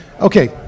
Okay